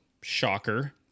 Shocker